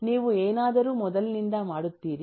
ನೀವು ಏನಾದರೂ ಮೊದಲಿನಿಂದ ಮಾಡುತ್ತೀರಿ